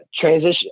transition